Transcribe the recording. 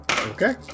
Okay